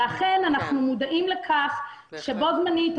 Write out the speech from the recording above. אכן אנחנו מודעים לכך שבו זמנית,